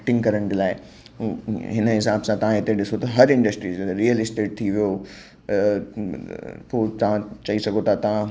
acting करण जे लाइ हिन हिसाब सां तां हिते ॾिसो त हर इंडस्ट्रीस जीअं त रियल इस्टेट थी वियो पोइ तव्हां चई सघो था तव्हां